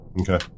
Okay